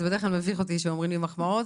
זה בדרך כלל מביך אותי כשנותנים לי מחמאות,